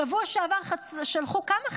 שבוע שעבר שלחו כמה?